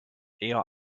eher